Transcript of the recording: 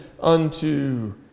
unto